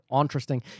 interesting